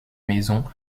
maison